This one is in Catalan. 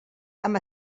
amb